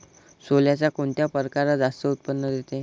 सोल्याचा कोनता परकार जास्त उत्पन्न देते?